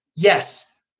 Yes